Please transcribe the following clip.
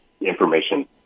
information